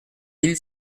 mille